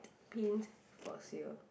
pint for sale